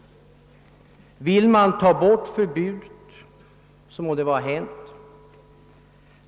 Vill man ta bort förbudet, må det vara hänt.